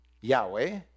Yahweh